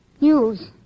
News